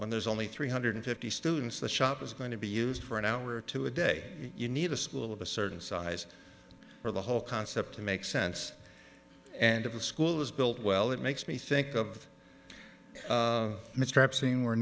when there's only three hundred fifty students the shop is going to be used for an hour or two a day you need a school of a certain size or the whole concept to make sense and if a school is built well it makes me think of mr epstein we're